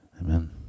Amen